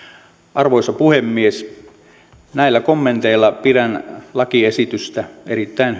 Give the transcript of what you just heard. arvoisa puhemies näillä kommenteilla pidän lakiesitystä erittäin